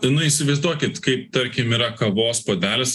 nu įsivaizduokit kaip tarkim yra kavos puodelis